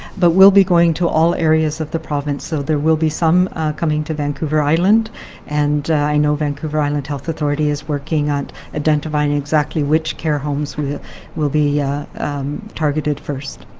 but will be going to all areas of the province. so there will be some coming to vancouver island and i know vancouver island health authority is working at identifying exactly which care homes will be targeted first.